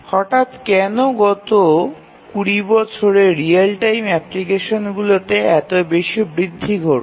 হঠাৎ কেন গত ২০ বছরে রিয়েল টাইম অ্যাপ্লিকেশনগুলিতে এত বেশি বৃদ্ধি ঘটল